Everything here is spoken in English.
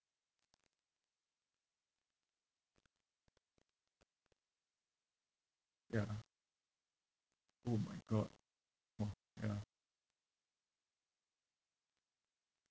ya oh my god !wah! ya